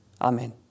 Amen